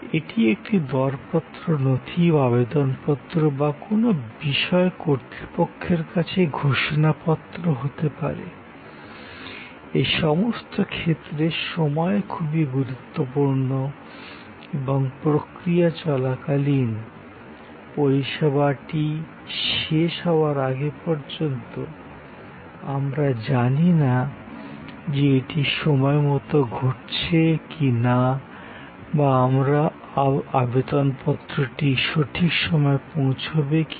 এটি একটি টেণ্ডার ত্র নথি বা আবেদন পত্র বা কোনো বিষয়ে কর্তৃপক্ষের কাছে ঘোষণা পত্র হতে পারে এই সমস্ত ক্ষেত্রে সময় খুবই গুরুত্বপূর্ণ এবং প্রক্রিয়া চলাকালীন পরিষেবাটি শেষ হওয়ার আগে পর্যন্ত আমরা জানি না যে এটি সময় মতো ঘটছে কি না বা আমার আবেদন পত্রটি সঠিক সময় পৌঁছবে কি না